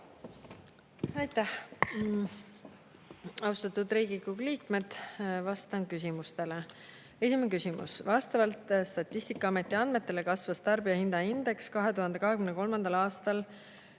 Aitäh! Austatud Riigikogu liikmed! Vastan küsimustele. Esimene küsimus: "Vastavalt Statistikaameti andmetele kasvas tarbijahinnaindeks 2023. aastal